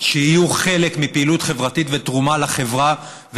שיהיו חלק מפעילות חברתית ותרומה לחברה,